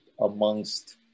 amongst